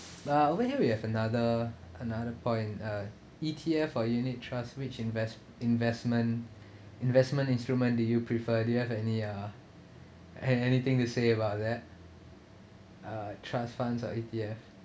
but where have we have another another point uh E_T_F for unit trust which invest~ investment investment instrument did you prefer do you have any uh and anything to say about that uh trust funds of E_T_F